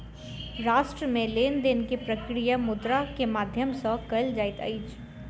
राष्ट्र मे लेन देन के प्रक्रिया मुद्रा के माध्यम सॅ कयल जाइत अछि